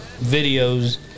videos